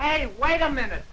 hey wait a minute